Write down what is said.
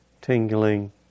tingling